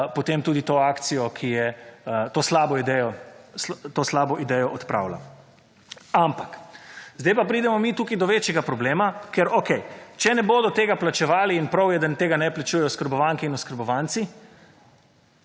potem tudi to akcijo, ki je, to slabo idejo odpravlja. Ampak, zdaj pa pridemo mi tukaj do večjega problema, ker, okej, če ne bodo tega plačevali in prav je, da tega ne plačujejo oskrbovanke in oskrbovanci,